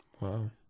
wow